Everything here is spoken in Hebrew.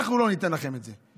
אנחנו לא ניתן לכם את זה.